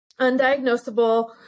undiagnosable